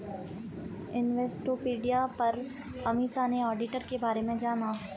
Investopedia पर अमीषा ने auditor के बारे में जाना